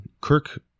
Kirk